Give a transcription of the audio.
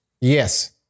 Yes